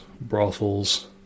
brothels